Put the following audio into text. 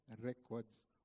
records